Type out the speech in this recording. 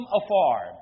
afar